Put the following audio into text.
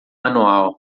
anual